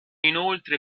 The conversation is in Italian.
inoltre